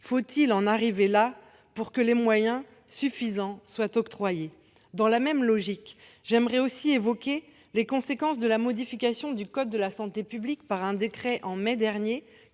Faut-il en arriver là pour que les moyens suffisants soient octroyés ? Dans la même logique, je veux aussi évoquer les conséquences de la modification, en mai dernier, du code de la santé publique par un décret. Celui-ci